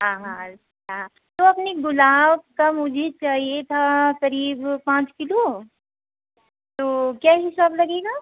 हाँ हाँ हाँ तो अपनी गुलाब का मुझे चाहिए था क़रीब पाँच किलो तो क्या हिसाब लगेगा